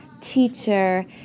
teacher